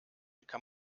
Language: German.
kann